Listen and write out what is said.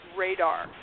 radar